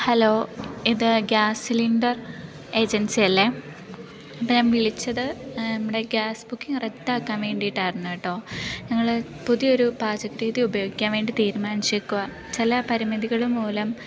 hello ഇത് gas cylinder ഏജൻസിയല്ലേ അപ്പം ഞാൻ വിളിച്ചത് നമ്മുടെ ഗ്യാസ് ബുക്കിങ് റദ്ദാക്കാൻ വേണ്ടീട്ടായിരുന്നു കേട്ടോ ഞങ്ങൾ പുതിയൊരു പാചകരീതി ഉപയോഗിക്കാൻ വേണ്ടി തീരുമാനിച്ചേക്കുവാണ് ചില പരിമിതികൾ മൂലം